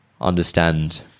understand